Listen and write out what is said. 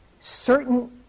certain